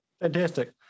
Fantastic